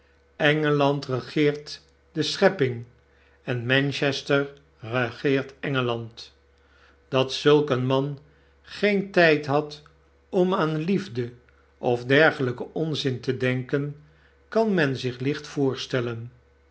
d regeert de schepping en manchester regeert e n g el a n d dat zulk een man geen tyd had om aan liefde of dergelpen onzin te denken kan men zich licht'voorstellen